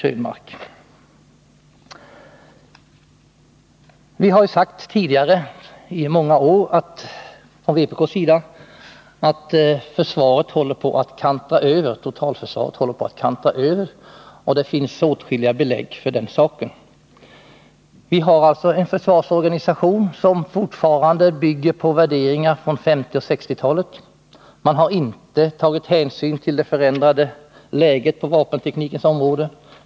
Från vpk:s sida har vi sagt i många år att totalförsvaret håller på att kantra över, och det finns åtskilliga belägg för den saken. Vi har en försvarsorganisation som fortfarande bygger på värderingar från 1950 och 1960-talen. Man har inte tagit hänsyn till det förändrade läget på vapenteknikens område.